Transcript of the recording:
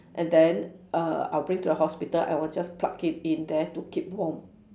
and then uh I'll bring to the hospital I will just plug it in there to keep warm